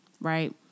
right